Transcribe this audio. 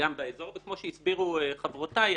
באזורו וכמו שהסבירו חברותי,